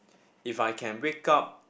if I can wake up